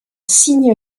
signe